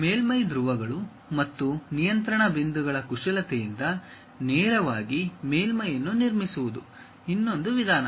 ಮೇಲ್ಮೈ ಧ್ರುವಗಳು ಮತ್ತು ನಿಯಂತ್ರಣ ಬಿಂದುಗಳ ಕುಶಲತೆಯಿಂದ ನೇರವಾಗಿ ಮೇಲ್ಮೈಯನ್ನು ನಿರ್ಮಿಸುವುದು ಇನ್ನೊಂದು ವಿಧಾನ